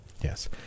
Yes